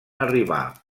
arribar